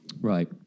right